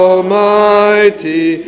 Almighty